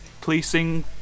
policing